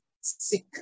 sick